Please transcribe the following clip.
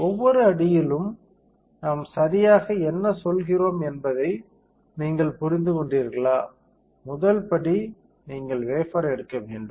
ஒவ்வொரு அடியிலும் நாம் சரியாக என்ன சொல்கிறோம் என்பதை நீங்கள் புரிந்து கொண்டீர்களா முதல் படி நீங்கள் வேஃபர் எடுக்க வேண்டும்